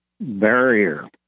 barrier